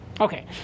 Okay